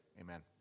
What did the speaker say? Amen